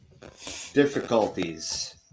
difficulties